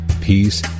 peace